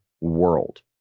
world